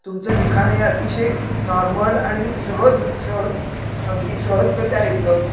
तुमचं लिखाण हे अतिशय नॉर्मल आणि सहज सहज अगदी सहजगत्या येतं